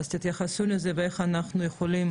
תתייחסו לזה, איך אנחנו יכולים